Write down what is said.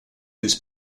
his